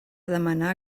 demanar